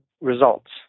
results